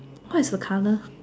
what is the colour